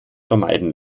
vermeiden